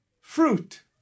fruit